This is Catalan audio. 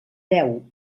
deu